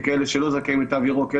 וכאלה שלא זכאים לתו ירוק,